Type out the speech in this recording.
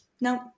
No